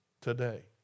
today